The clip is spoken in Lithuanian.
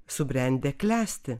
subrendę klesti